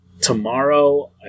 tomorrow